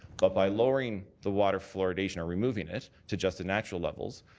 but by lowering the water fluoridation or removing it to just an actual levels